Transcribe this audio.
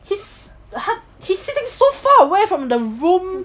he's he's sitting so far away from the room